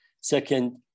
Second